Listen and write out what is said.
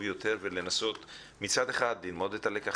החיים טובים יותר וקלים יותר בשיח החינוכי.